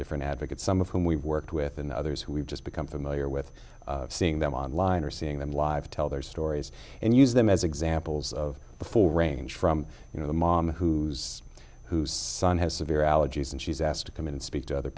different advocates some of whom we've worked with and others who we've just become familiar with seeing them online or seeing them live tell their stories and use them as examples of the full range from you know the mom who's whose son has severe allergies and she's asked to come in and speak to other